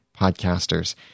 podcasters